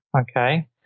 okay